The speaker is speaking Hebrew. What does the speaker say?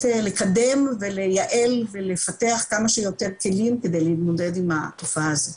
לקדם ולייעל ולפתח כמה שיותר כלים כדי להתמודד עם התופעה הזאת,